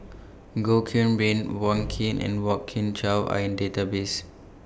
Goh Qiu Bin Wong Keen and Kwok Kian Chow Are in Database